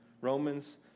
Romans